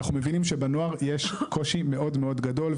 אנחנו מבינים שבנוער יש קושי מאוד מאוד גדול,